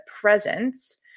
presence